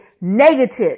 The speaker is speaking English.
negative